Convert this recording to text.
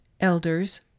elders